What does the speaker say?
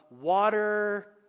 water